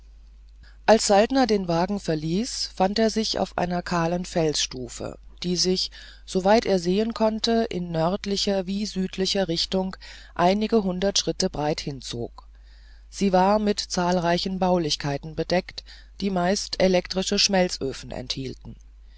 als saltner den wagen verließ fand er sich auf einer kahlen felsstufe die sich so weit er sehen konnte in nördlicher wie südlicher richtung einige hundert schritt breit hinzog sie war mit zahlreichen baulichkeiten bedeckt die meist elektrische schmelzöfen enthielten